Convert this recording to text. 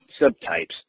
subtypes